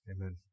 Amen